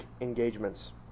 engagements